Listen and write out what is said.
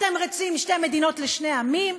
אתם רוצים שתי מדינות לשני עמים?